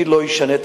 אני לא אשנה את